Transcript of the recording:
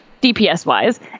DPS-wise